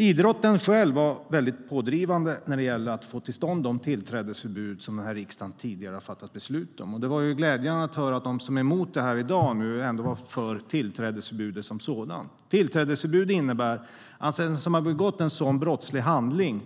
Idrotten själv var väldigt pådrivande när det gällde att få till stånd de tillträdesförbud riksdagen tidigare har fattat beslut om. Det var glädjande att höra att de som är emot detta i dag ändå var för tillträdesförbudet som sådant. Tillträdesförbud innebär att den som har begått en brottslig handling